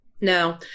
No